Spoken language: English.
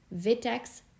Vitex